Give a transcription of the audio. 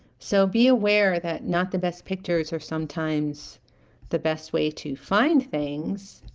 so be aware that not the best pictures are sometimes the best way to find things